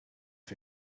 off